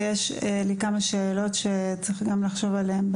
ויש לי כמה שאלות שצריך לחשוב עליהן,